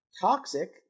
Toxic